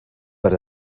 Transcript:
per